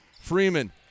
Freeman